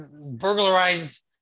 burglarized